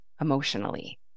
emotionally